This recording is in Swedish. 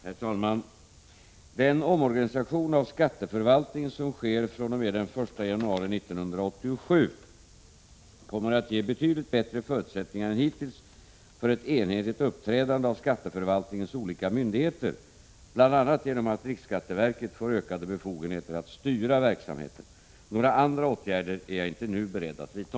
Herr talman! Den omorganisation av skatteförvaltningen som sker fr.o.m. den 1 januari 1987 kommer att ge betydligt bättre förutsättningar än hittills för ett enhetligt uppträdande av skatteförvaltningens olika myndigheter, bl.a. genom att riksskatteverket får ökade befogenheter att styra verksamheten. Några andra åtgärder är jag inte nu beredd att vidta.